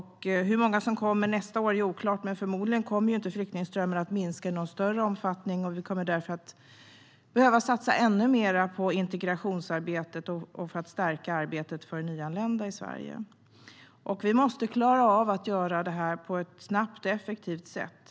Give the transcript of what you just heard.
Hur många som kommer nästa år är oklart, men förmodligen kommer inte flyktingströmmen att minska i någon större omfattning. Vi kommer därför att behöva satsa ännu mer på integrationsarbetet och på att stärka arbetet för nyanlända i Sverige. Vi måste klara av att göra det här på ett snabbt och effektivt sätt.